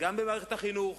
גם במערכת החינוך,